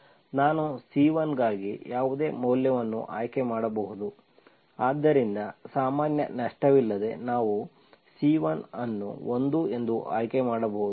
ನಾನು C1 ಗಾಗಿ ಯಾವುದೇ ಮೌಲ್ಯವನ್ನು ಆಯ್ಕೆ ಮಾಡಬಹುದು ಆದ್ದರಿಂದ ಸಾಮಾನ್ಯ ನಷ್ಟವಿಲ್ಲದೆ ನಾವು C1 ಅನ್ನು 1 ಎಂದು ಆಯ್ಕೆ ಮಾಡಬಹುದು